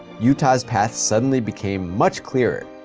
utah's path suddenly became much clearer.